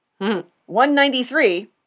193